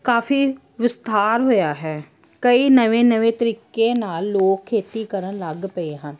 ਕਾਫੀ ਵਿਸਥਾਰ ਹੋਇਆ ਹੈ ਕਈ ਨਵੇਂ ਨਵੇਂ ਤਰੀਕੇ ਨਾਲ ਲੋਕ ਖੇਤੀ ਕਰਨ ਲੱਗ ਪਏ ਹਨ